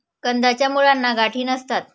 कंदाच्या मुळांना गाठी नसतात